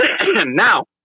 Now